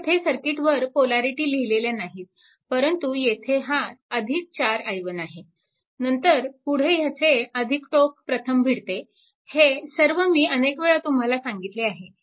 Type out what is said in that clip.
मी येथे सर्किटवर पोलॅरिटी लिहिलेल्या नाहीत परंतु येथे हा 4i1 आहे नंतर पुढे ह्याचे टोक प्रथम भिडते हे सर्व मी अनेक वेळा तुम्हाला सांगितले आहे